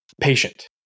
patient